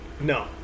No